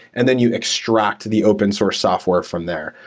and then you extract the open source software from there.